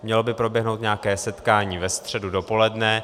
Mělo by proběhnout nějaké setkání ve středu dopoledne.